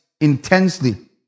intensely